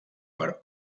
per